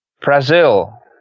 Brazil